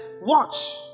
watch